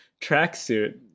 tracksuit